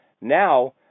Now